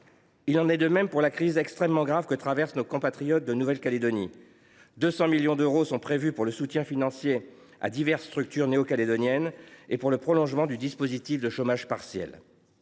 Il en est de même pour la crise extrêmement grave que traversent nos compatriotes en Nouvelle Calédonie : 200 millions d’euros sont prévus pour le soutien financier à diverses structures néo calédoniennes et pour le prolongement du dispositif de chômage partiel.